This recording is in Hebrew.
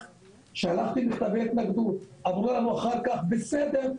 שלחתי מכתבי התנגדות, אמרו לנו אחר כך, בסדר,